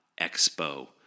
Expo